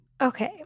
Okay